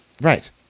Right